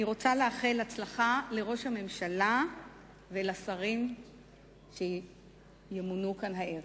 אני רוצה לאחל הצלחה לראש הממשלה ולשרים שימונו כאן הערב.